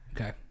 Okay